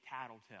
tattletale